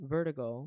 Vertigo